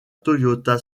toyota